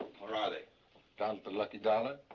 are ah they? down at the lucky dollar.